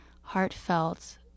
heartfelt